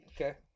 Okay